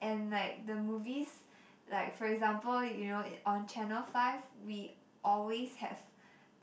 and like the movies like for example you know it on channel five we always have